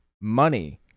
money